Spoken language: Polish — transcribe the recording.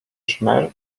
szmer